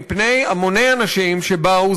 מפני המוני אנשים שבאו,